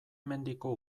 mendiko